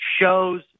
shows